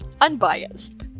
Unbiased